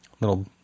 little